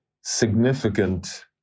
significant